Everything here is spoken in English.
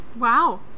Wow